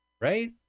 Right